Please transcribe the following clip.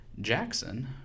Jackson